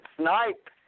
Snipe